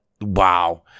wow